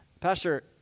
Pastor